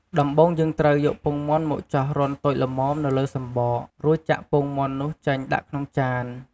ដំបូងយើងត្រូវ យកពងមាន់មកចោះរន្ធតូចល្មមនៅលើសំបក រួចចាក់ពងមាន់នោះចេញដាក់ក្នុងចាន។